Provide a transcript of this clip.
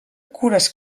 cures